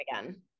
again